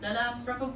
dalam berapa